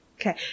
Okay